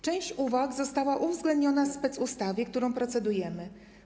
Część uwag została uwzględniona w specustawie, nad którą procedujemy.